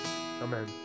Amen